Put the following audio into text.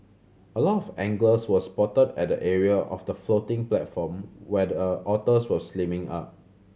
a lot of anglers were spotted at the area of the floating platform where the otters were swimming up